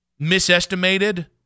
misestimated